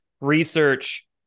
research